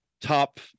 top